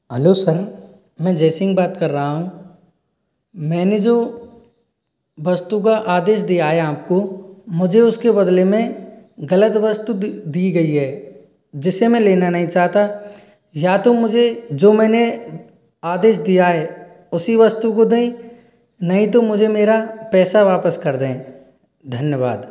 hello sir मैं जय सिंह बात कर रहा हूँ मैंने जो वस्तु का आदेश दिया है आपको मुझे उसके बदले में गलत वस्तु दी गई है जिसे मैं लेना नहीं चाहता या तो मुझे जो मैंने आदेश दिया है उसी वस्तु को दें नहीं तो मुझे मेरा पैसा वापस कर दें धन्यवाद